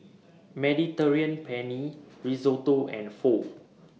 Mediterranean Penne Risotto and Pho